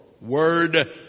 word